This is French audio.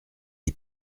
les